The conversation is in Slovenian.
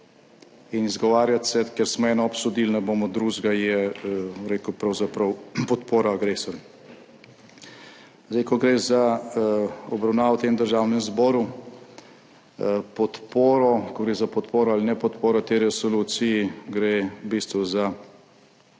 in izgovarjati se, ker smo eno obsodili, ne bomo drugega, je, bom rekel, pravzaprav podpora agresorju. Zdaj, ko gre za obravnavo v tem Državnem zboru, ko gre za podporo ali nepodporo tej resoluciji, gre v bistvu za